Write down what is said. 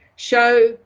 show